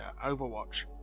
overwatch